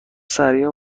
سریع